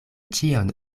ĉion